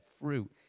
fruit